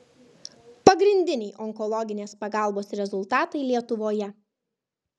pagrindiniai onkologinės pagalbos rezultatai lietuvoje